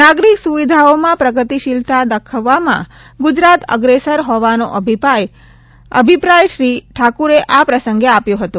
નાગરિક સૂવિધાઓમાં પ્રયોગશીલતા દાખવવામાં ગુજરાત અગ્રેસર હોવાનો અભિપ્રાય શ્રી ઠાકુરે આ પ્રસંગે આપ્યો હતો